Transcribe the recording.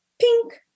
Pink